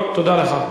טוב, תודה לך.